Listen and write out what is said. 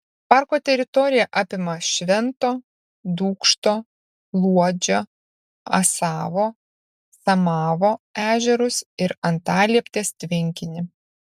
parko teritorija apima švento dūkšto luodžio asavo samavo ežerus ir antalieptės tvenkinį